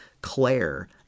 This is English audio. Claire